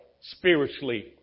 spiritually